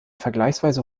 vergleichsweise